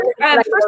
First